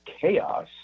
chaos